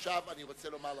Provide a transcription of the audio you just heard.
עכשיו אני רוצה לומר לכם,